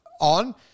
on